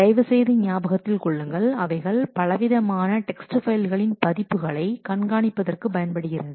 தயவுசெய்து ஞாபகத்தில் கொள்ளுங்கள் அவைகள் பலவிதமான டெக்ஸ்ட் ஃபைல்களின் பதிப்புகளை கண்காணிப்பதற்கு பயன்படுகிறது